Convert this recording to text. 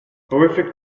horrific